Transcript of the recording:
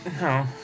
No